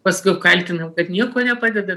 paskui kaltinam kad nieko nepadeda